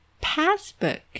passbook